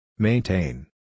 Maintain